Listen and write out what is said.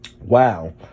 Wow